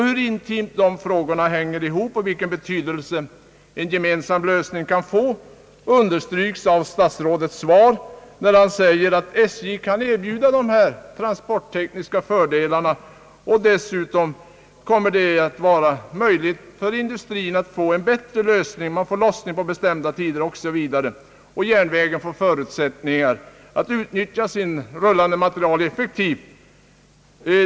Hur intimt dessa problem hänger ihop och vilken betydelse en gemensam lösning kan få understryks i svaret, när statsrådet säger att SJ kan erbjuda stora transporttekniska fördelar, att industrin kan få jämn tillförsel av råvaror, lossning på bestämda tider osv. Järnvägen får dessutom möjligheter att utnyttja sin rullande materiel effektivt.